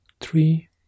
three